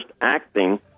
acting